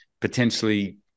potentially –